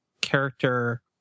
character